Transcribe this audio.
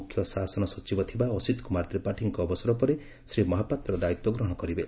ମୁଖ୍ୟ ଶାସନ ସଚିବ ଥିବା ଅସିତ୍ କୁମାର ତ୍ରିପାଠୀଙ୍କ ଅବସର ପରେ ଶ୍ରୀ ମହାପାତ୍ର ଦାୟିତ୍ୱ ଗ୍ରହଣ କରିବେ